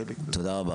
תודה רבה.